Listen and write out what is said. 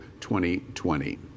2020